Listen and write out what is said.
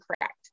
correct